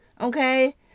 Okay